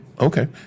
Okay